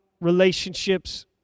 relationships